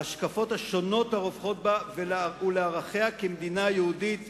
להשקפות השונות הרווחות בה ולערכיה כמדינה יהודית